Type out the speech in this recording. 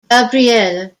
gabrielle